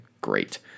great